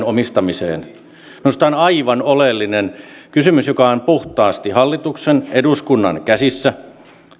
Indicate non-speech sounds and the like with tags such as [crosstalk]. [unintelligible] omistamiseen minusta tämä on aivan oleellinen kysymys joka on puhtaasti hallituksen eduskunnan käsissä